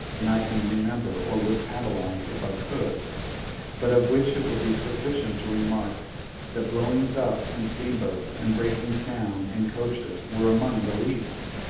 than i can remember or would catalogue if i could but of which it will be sufficient to remark that blowings-up in steamboats and breakings down in coaches were among the least.